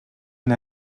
and